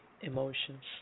emotions